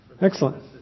Excellent